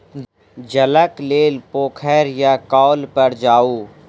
जलक लेल पोखैर या कौल पर जाऊ